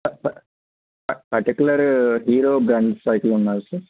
particular Hero కానీ cycle ఉన్నాయా sir